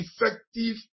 effective